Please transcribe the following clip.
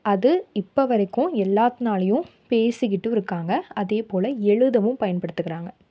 அது இப்போ வரைக்கும் எல்லாத்துனாலேயும் பேசிக்கிட்டு இருக்காங்க அதே போல் எழுதவும் பயன்படுத்துக்கிறாங்க